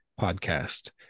Podcast